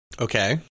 Okay